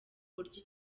buryo